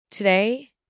Today